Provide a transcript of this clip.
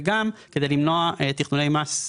וגם כדי למנוע תכנוני מס.